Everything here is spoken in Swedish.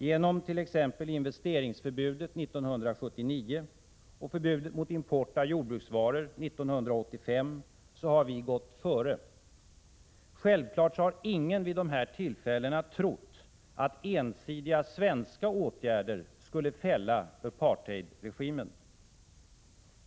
Genom t.ex. investeringsförbudet 1979 och förbudet mot import av jordbruksvaror 1985 har vi gått före. Självfallet har ingen vid dessa tillfällen trott att ensidiga svenska åtgärder skulle fälla apartheidregimen.